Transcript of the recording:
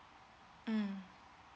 mm